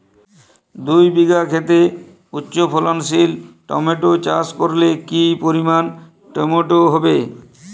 দুই বিঘা খেতে উচ্চফলনশীল টমেটো চাষ করলে কি পরিমাণ টমেটো হবে?